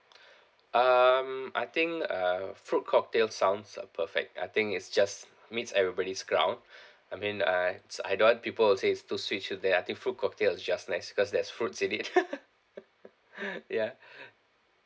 um I think a fruit cocktail sounds uh perfect I think its just meets everybody's ground I mean I t~ I don't want people to say it's too sweet should they I think fruit cocktail is just nice cause there's fruits in it ya